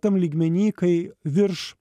tam lygmeny kai virš